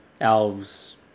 elves